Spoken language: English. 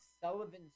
Sullivan's